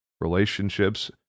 relationships